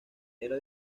era